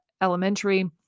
elementary